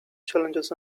challenges